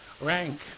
rank